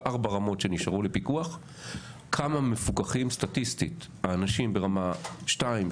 אז בארבע הרמות שנשארו לפיקוח כמה מפוקחים סטטיסטית האנשים ברמה 2,